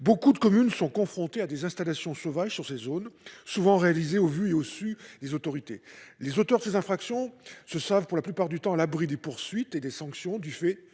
Nombre de communes sont confrontées sur ces zones à des installations sauvages, souvent réalisées au vu et au su des autorités. Les auteurs des infractions se savent, la plupart du temps, à l'abri des poursuites et des sanctions du fait